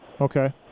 Okay